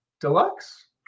Deluxe